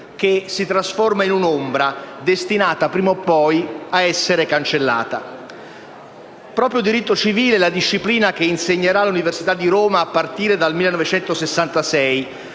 che si trasforma in un'ombra destinata prima o poi ad essere cancellata». Proprio diritto civile è la disciplina che insegnerà all'Università di Roma a partire dal 1966,